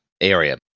area